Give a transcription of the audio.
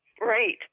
Right